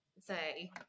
say